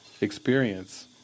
experience